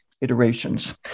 Iterations